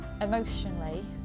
emotionally